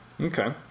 Okay